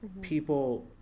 people